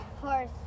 horse